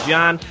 John